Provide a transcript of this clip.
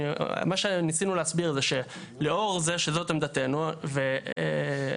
מה שניסינו להסביר זה שלאור זה שזאת עמדתנו והסכמנו